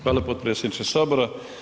Hvala potpredsjedniče Sabora.